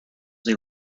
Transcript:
they